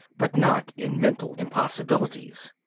but not in mental impossibilities.